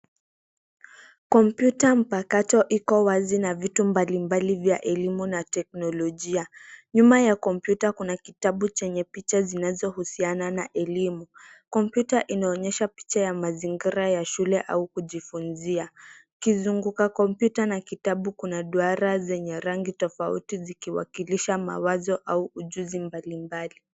Kompyuta mpakato iko wazi na vitu mbalimbali vya elimu na teknolojia . Nyuma ya kompyuta kuna kitabu chenye picha zinazohusiana na elimu. Kompyuta inaonyesha picha ya mazingira ya shule au kujifunzia . Kizunguka kompyuta na kitabu kuna duara zenye rangi tofauti zikiwakilisha mawazo au ujuzi mbalimbali.